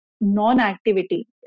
non-activity